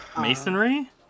masonry